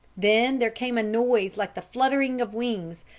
then there came a noise like the flutterings of wings,